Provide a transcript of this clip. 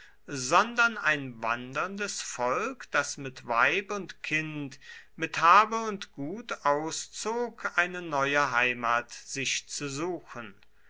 sondern ein wanderndes volk das mit weib und kind mit habe und gut auszog eine neue heimat sich zu suchen